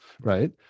right